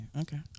Okay